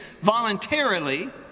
voluntarily